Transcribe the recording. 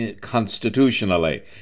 constitutionally